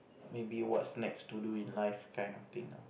maybe what's next to do in life kind of thing ah